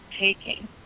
taking